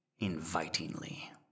Invitingly